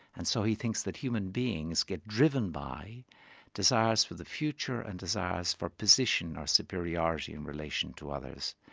and so he thinks that human beings get driven by desires for the future and desires for position or superiority in relation to others,